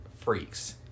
Freaks